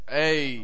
hey